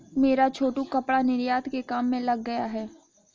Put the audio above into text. मेरा छोटू कपड़ा निर्यात के काम में लग गया है